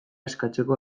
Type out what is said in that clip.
eskatzeko